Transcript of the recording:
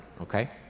okay